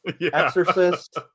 Exorcist